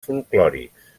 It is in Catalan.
folklòrics